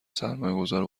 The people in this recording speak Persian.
سرمایهگذار